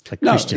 No